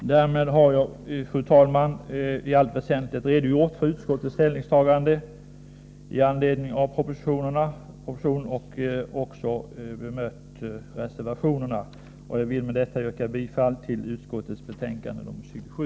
Därmed har jag, fru talman, i allt väsentligt redogjort för utskottets ställningstagande i anledning av propositionerna och motionerna och också bemött reservationerna. Jag vill med detta yrka bifall till socialförsäkringsutskottets hemställan i betänkande 27.